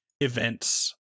events